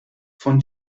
von